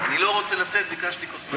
אני לא רוצה לצאת, ביקשתי כוס מים.